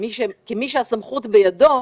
כמי שהסמכות בידו,